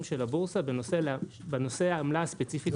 של הבורסה בנושא העמלה הספציפית הזאת.